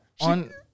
on